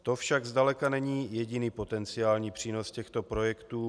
To však zdaleka není jediný potenciální přínos těchto projektů.